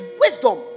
wisdom